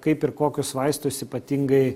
kaip ir kokius vaistus ypatingai